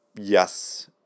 yes